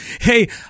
Hey